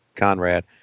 conrad